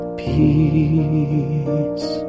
peace